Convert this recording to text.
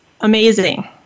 amazing